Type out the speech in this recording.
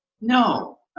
No